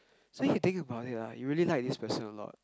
so you think about it ah you really like this person a lot